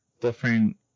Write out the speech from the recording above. different